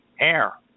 Air